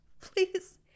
please